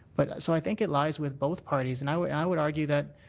but so i think it lies with both parties. and i would i would argue that